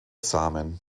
samen